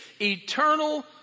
eternal